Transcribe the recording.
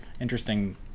interesting